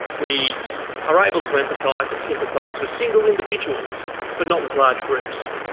we are able to empathise and sympathise with single individuals but not with large groups.